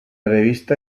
revista